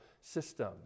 system